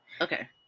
Okay